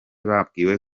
babwiwe